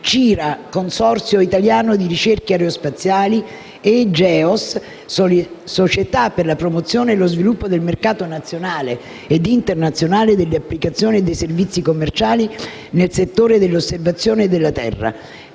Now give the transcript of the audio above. CIRA (Consorzio italiano di ricerche aerospaziali), e-Geos (società per la promozione e lo sviluppo del mercato nazionale ed internazionale delle applicazioni e dei servizi commerciali nel settore dell'osservazione della Terra),